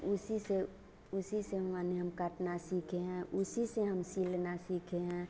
उसी से उसी से माने हम काटना सीखे हैं उसी से हम सिलना सीखे हैं